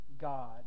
God